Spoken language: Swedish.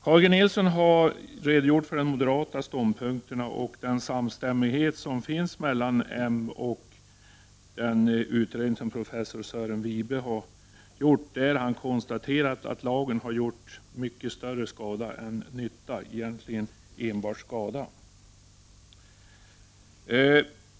Carl G Nilsson har redogjort för de moderata ståndpunkterna och den samstämmighet som finns mellan moderaterna och den utredning som professor Sören Wibe har gjort, där han har konstaterat att lagen har gjort mycket större skada än nytta, egentligen enbart skada.